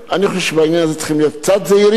אני חושב שבעניין הזה צריכים להיות קצת זהירים,